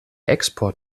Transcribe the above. export